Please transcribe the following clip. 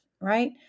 right